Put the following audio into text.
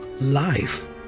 life